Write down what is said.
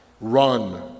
run